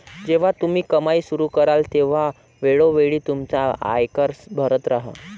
जेव्हा तुम्ही कमाई सुरू कराल तेव्हा वेळोवेळी तुमचा आयकर भरत राहा